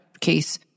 case